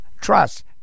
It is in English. trust